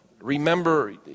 remember